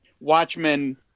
Watchmen